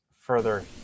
further